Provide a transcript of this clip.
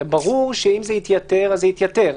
הרי ברור שאם זה יתייתר, זה יתייתר.